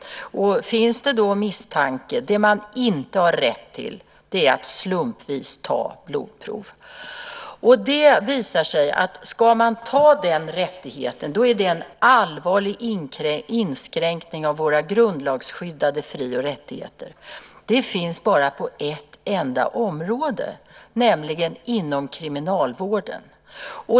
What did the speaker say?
Det som man inte har rätt till är slumpvisa blodprovstagningar. Om man tar sig den rättigheten är det en allvarlig inskränkning av våra grundlagsskyddade fri och rättigheter. Den rättigheten förekommer bara på ett enda område, nämligen inom kriminalvården.